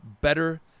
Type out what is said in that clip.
better